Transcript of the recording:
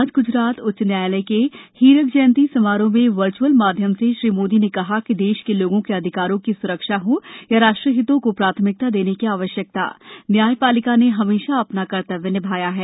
आज ग्जरात उच्च न्यायालय के हीरक जयंती समारोह में वर्च्अल माध्यम से श्री मोदी ने कहा कि देश के लोगों के अधिकारों की स्रक्षा हो या राष्ट्रीय हितों को प्राथमिकता देने की आवश्यकताए न्यायपालिका ने हमेशा अपना कर्तव्य निभाया है